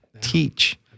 teach